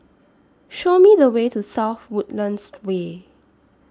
Show Me The Way to South Woodlands Way